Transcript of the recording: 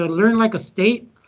ah learn like a state?